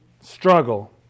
Struggle